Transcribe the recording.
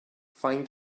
find